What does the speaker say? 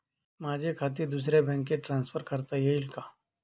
माझे खाते दुसऱ्या बँकेत ट्रान्सफर करता येईल का?